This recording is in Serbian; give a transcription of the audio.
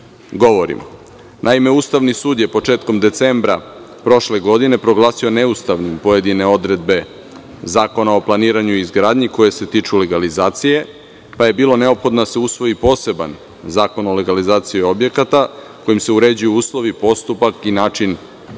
govorimo. Naime, Ustavni sud je početkom decembra prošle godine proglasio neustavnim pojedine odredbe Zakona o planiranju i izgradnji koje se tiču legalizacije, pa je bilo neophodno da se usvoji poseban Zakon o legalizaciji objekata kojim se uređuju uslovi, postupak i način legalizacije